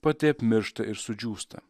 pati apmiršta ir sudžiūsta